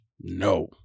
No